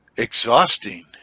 Exhausting